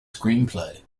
screenplay